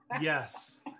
Yes